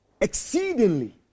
exceedingly